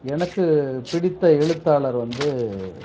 எனக்கு பிடித்த எழுத்தாளர் வந்து